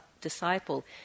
disciple